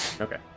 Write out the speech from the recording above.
Okay